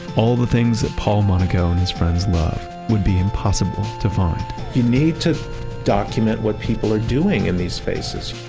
all the things paul monaco and his friends love would be impossible to find you need to document what people are doing in these spaces.